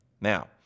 Now